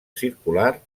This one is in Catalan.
circular